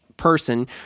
person